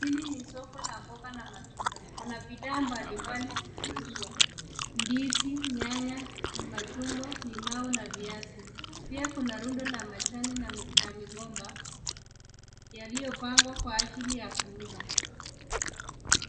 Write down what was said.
Hili ni soko la mboga na matunda. Kuna bidhaa mbalimbali zikiuzwa ndizi, nyanya, machungwa, limau na viazi. Pia kuna rundo la majani na migomba yaliyopangwa kwa ajili ya kuuza.